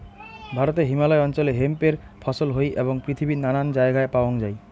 ভারতে হিমালয় অঞ্চলে হেম্প এর ফছল হই এবং পৃথিবীর নানান জায়গায় প্যাওয়াঙ যাই